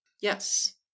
Yes